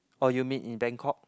oh you meet in Bangkok